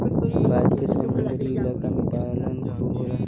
भारत के समुंदरी इलाका में पालन खूब होला